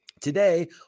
Today